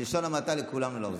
בלשון המעטה, לכולנו לאוזניים.